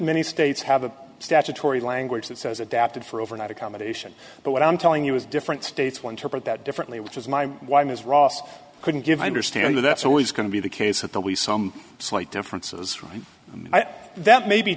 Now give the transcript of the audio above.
many states have a statutory language that says adapted for overnight accommodation but what i'm telling you is different states one target that differently which is why why ms ross couldn't give i understand that that's always going to be the case at the least some slight differences right that may be